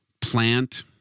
plant